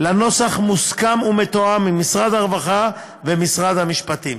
לנוסח מוסכם ומתואם עם משרד הרווחה ומשרד המשפטים.